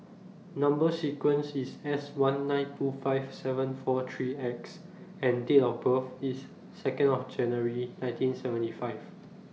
Number sequence IS S one nine two five seven four three X and Date of birth IS Second of January nineteen seventy five